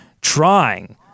trying